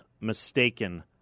mistaken